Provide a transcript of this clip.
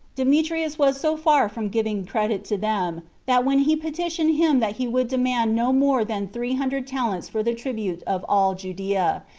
demetrius was so far from giving credit to them, that when he petitioned him that he would demand no more than three hundred talents for the tribute of all judea,